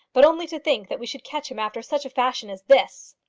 but only to think that we should catch him after such a fashion as this!